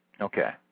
Okay